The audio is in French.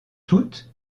toutes